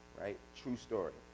right? true story.